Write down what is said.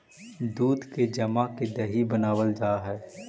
दूध के जमा के दही बनाबल जा हई